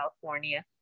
California